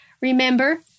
Remember